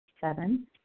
Seven